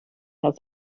how